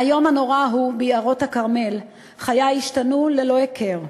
מהיום הנורא ההוא ביערות הכרמל חיי השתנו ללא הכר.